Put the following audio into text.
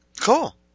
Cool